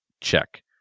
Check